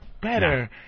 better